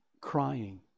crying